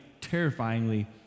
terrifyingly